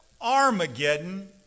Armageddon